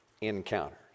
encounters